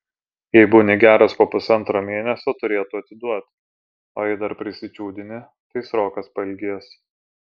jei būni geras po pusantro mėnesio turėtų atiduot o jei dar prisičiūdini tai srokas pailgės